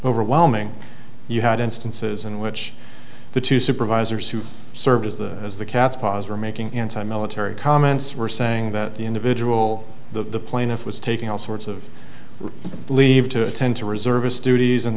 overwhelming you had instances in which the two supervisors who served as the as the catspaws were making anti military comments were saying that the individual the plaintiff was taking all sorts of leave to attend to reserv